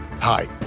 Hi